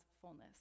fullness